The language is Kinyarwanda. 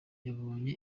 yabonye